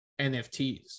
NFTs